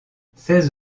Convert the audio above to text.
ses